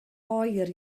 oer